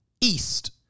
East